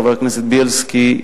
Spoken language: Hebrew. חבר הכנסת בילסקי,